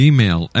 Email